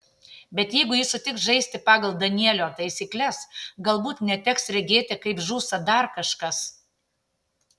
bet jeigu ji sutiks žaisti pagal danielio taisykles galbūt neteks regėti kaip žūsta dar kažkas